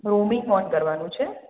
roaming on કરવાનું છે